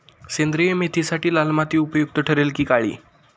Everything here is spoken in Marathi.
सेंद्रिय मेथीसाठी लाल माती उपयुक्त ठरेल कि काळी?